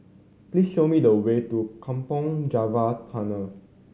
please show me the way to Kampong Java Tunnel